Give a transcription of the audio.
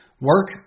Work